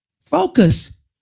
focus